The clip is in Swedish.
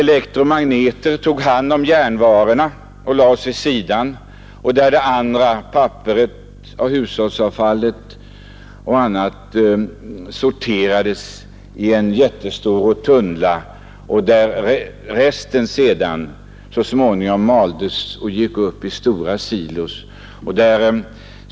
Elektromagneter tog där hand om järnvarorna som fördes åt sidan, medan papper och annat hushållsavfall sorterades i en jättestor rotunda, varefter resten maldes och gick upp i stora silos.